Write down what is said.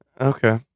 Okay